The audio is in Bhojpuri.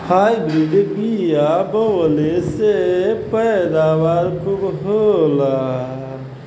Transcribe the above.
हाइब्रिड बिया बोवले से पैदावार खूब होला